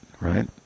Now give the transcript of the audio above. right